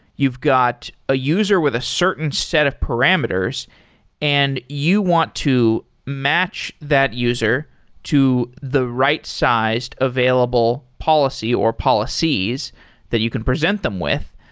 you've got a user with a certain set of parameters and you want to match that user to the right-sized available policy or policies that you can present them with.